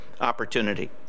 opportunity